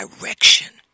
direction